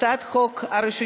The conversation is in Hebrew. ההצעה להעביר את הצעת חוק הרשויות